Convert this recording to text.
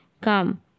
come